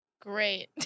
Great